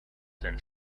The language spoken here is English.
than